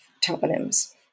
toponyms